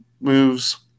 moves